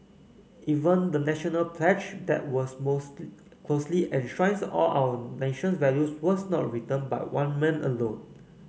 even the National pledge that was most closely enshrines all our nation's values was not written by one man alone